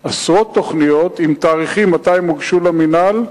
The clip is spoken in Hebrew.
עשרות תוכניות, עם תאריכים מתי הן הוגשו למינהל,